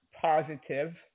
positive